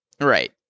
right